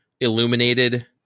illuminated